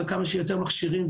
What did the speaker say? מכשירים,